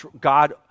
God